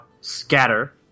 scatter